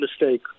mistake